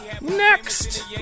Next